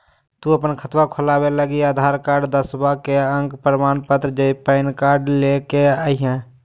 तू अपन खतवा खोलवे लागी आधार कार्ड, दसवां के अक प्रमाण पत्र, पैन कार्ड ले के अइह